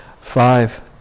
five